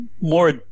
more